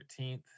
13th